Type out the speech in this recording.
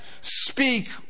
Speak